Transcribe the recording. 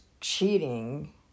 cheating